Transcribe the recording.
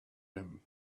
him